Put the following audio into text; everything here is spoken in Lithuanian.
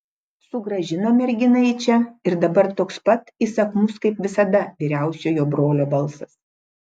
sugrąžino merginą į čia ir dabar toks pat įsakmus kaip visada vyriausiojo brolio balsas